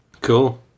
Cool